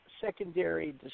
secondary